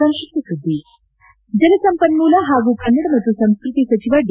ಸಂಕ್ಷಿಪ ಸುದ್ಧಿಗಳು ಜಲಸಂಪನ್ನೂಲ ಹಾಗೂ ಕನ್ನಡ ಮತ್ತು ಸಂಸ್ಕತಿ ಸಚಿವ ಡಿ